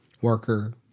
worker